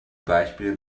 beispiele